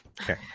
Okay